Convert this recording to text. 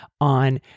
on